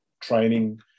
training